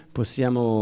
possiamo